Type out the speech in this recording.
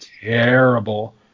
terrible